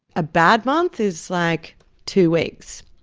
a bad month is like two weeks,